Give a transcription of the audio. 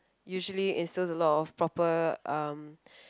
usually instills a lot of proper um